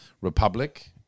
Republic